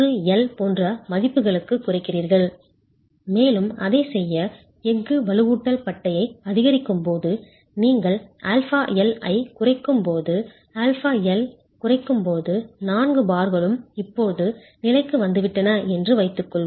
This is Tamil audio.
1L போன்ற மதிப்புகளுக்குக் குறைக்கிறீர்கள் மேலும் அதைச் செய்ய எஃகு வலுவூட்டல் பட்டையை அதிகரிக்கும்போது நீங்கள் αL ஐக் குறைக்கும்போது αL குறைக்கும்போது நான்கு பார்களும் இப்போது நிலைக்கு வந்துவிட்டன என்று வைத்துக்கொள்வோம்